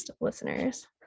listeners